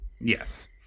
Yes